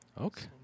Okay